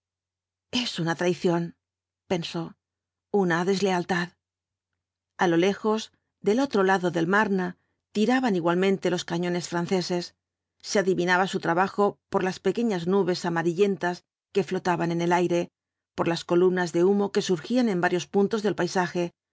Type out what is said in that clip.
es una traición pensó una deslealtad a lo lejos del otro lado del marne tiraban igualmente los cañones franceses se adivinaba su trabajo por las pequeñas nubes amarillentas que flotaban en el aire por las columnas de humo que surgían en varios puntos del paisaje